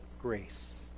grace